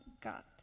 God